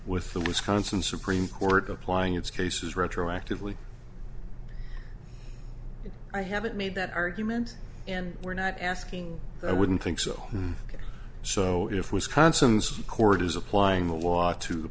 with the wisconsin supreme court applying its cases retroactively if i haven't made that argument and we're not asking i wouldn't think so so if wisconsin's court is applying the law to the